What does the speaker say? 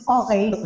okay